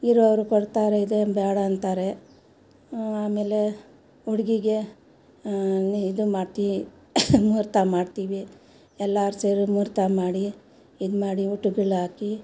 ಇರೋವ್ರು ಕೊಡ್ತಾರೆ ಇದೇನು ಬೇಡ ಅಂತಾರೆ ಆಮೇಲೆ ಹುಡುಗಿಗೆ ಇದು ಮಾಡ್ತೀವಿ ಮುಹೂರ್ತ ಮಾಡ್ತೀವಿ ಎಲ್ಲರೂ ಸೇರಿ ಮೂಹೂರ್ತ ಮಾಡಿ ಇದು ಮಾಡಿ ಊಟಗಳು ಹಾಕಿ